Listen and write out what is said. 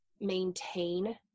maintain